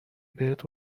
بهت